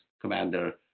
commander